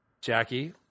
Jackie